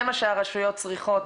זה מה שהרשויות צריכות,